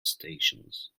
stations